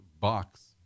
box